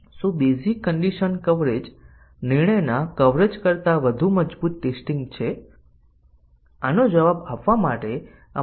હા આ બે ટેસ્ટીંગ ના કેસો સાથે આપણે ડીસીઝન કવરેજ પણ પ્રાપ્ત કરીએ છીએ કારણ કે પ્રથમ ટેસ્ટીંગ કેસ આ ડીસીઝન ને સાચું માનશે અને બીજો ટેસ્ટીંગ કેસ આનું મૂલ્યાંકન ખોટા કરશે